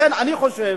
לכן, אני חושב